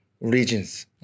regions